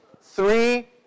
three